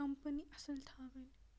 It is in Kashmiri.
کَمپٔنی اصل تھاوٕنۍ